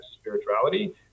spirituality